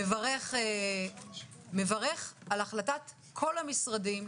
מברכים על החלטת כל המשרדים,